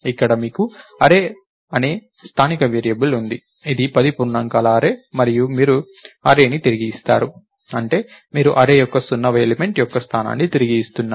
ఇక్కడ మీకు అర్రే అనే స్థానిక వేరియబుల్ ఉంది ఇది 10 పూర్ణాంకాల అర్రే మరియు మీరు అర్రేని తిరిగి ఇస్తారు అంటే మీరు అర్రే యొక్క 0 వ ఎలిమెంట్ యొక్క స్థానాన్ని తిరిగి ఇస్తున్నారు